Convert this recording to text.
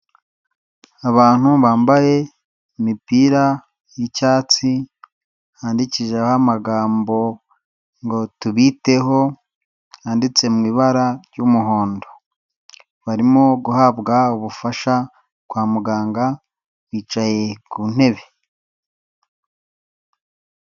Abantu bambaye imipira y'icyatsi, yandikishijeho amagambo ngo" tubiteho" yanditse mu ibara ry'umuhondo, barimo guhabwa ubufasha kwa muganga, bicaye ku ntebe.